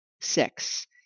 six